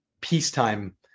peacetime